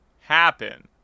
happen